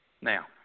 Now